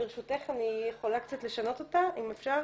ברשותך, אני יכולה לשנות אותה, אם אפשר?